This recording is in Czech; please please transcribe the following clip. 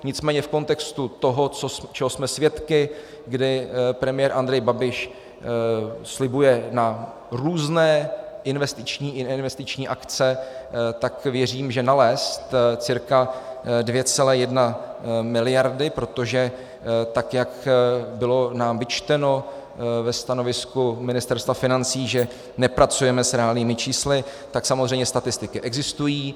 Nicméně v kontextu toho, čeho jsme svědky, kdy premiér Andrej Babiš slibuje na různé investiční i neinvestiční akce, tak věřím, že nalézt cca 2,1 miliardy protože tak jak nám bylo vyčteno ve stanovisku Ministerstva financí, že nepracujeme s reálnými čísly, tak samozřejmě statistiky existují.